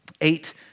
Eight